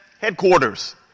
headquarters